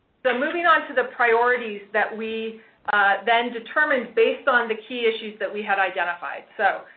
so, moving on to the priorities that we then determined based on the key issues that we had identified. so,